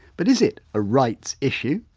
but is it a rights issue?